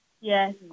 Yes